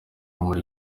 muri